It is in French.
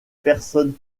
personnes